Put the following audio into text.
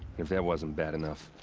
if that wasn't bad enough.